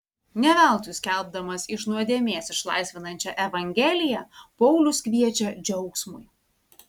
ne veltui skelbdamas iš nuodėmės išlaisvinančią evangeliją paulius kviečia džiaugsmui